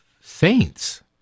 saints